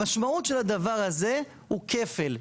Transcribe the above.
המשמעות של הדבר הזה הוא כפל.